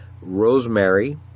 rosemary